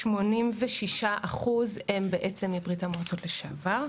יהודים 86% הם בעצם מברית המועצות לשעבר,